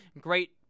great